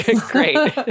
great